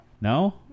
No